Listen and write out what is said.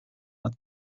nad